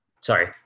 sorry